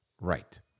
Right